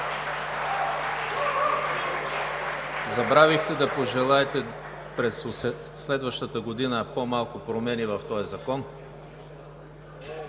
Забравихте да пожелаете през следващата година по-малко промени в този Закон